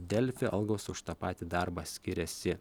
delfi algos už tą patį darbą skiriasi